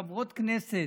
חברות כנסת,